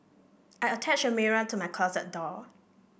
I attached a mirror to my closet door